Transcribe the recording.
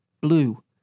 blue